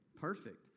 Perfect